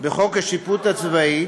בחוק השיפוט הצבאי,